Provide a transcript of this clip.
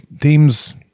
teams